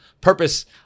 purpose